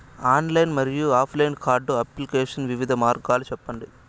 Online మరియు offline card application వివిధ మార్గాలు సెప్పండి?